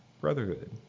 brotherhood